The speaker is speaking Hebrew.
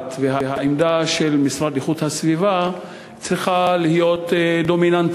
הדעת והעמדה של המשרד להגנת הסביבה צריכה להיות דומיננטית,